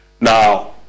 Now